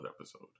episode